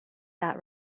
that